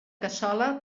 cassola